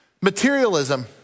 Materialism